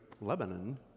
Lebanon